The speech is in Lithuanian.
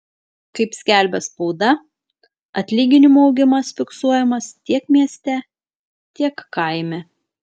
kaip skelbia spauda atlyginimų augimas fiksuojamas tiek mieste tiek kaime